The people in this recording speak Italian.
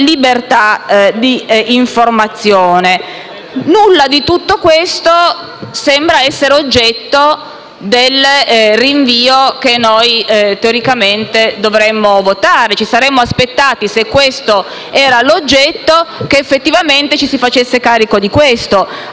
libertà di informazione. Nulla di tutto questo sembra essere oggetto del rinvio che noi teoricamente dovremmo votare. Ci saremmo aspettati, se questo era l'oggetto, che il provvedimento effettivamente se ne facesse carico. Aggiungo